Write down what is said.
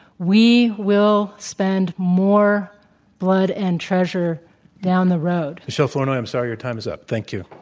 we will spend more blood and treasure down the road. michele flournoy, i'm sorry. your time is up. thank you.